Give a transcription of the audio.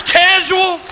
casual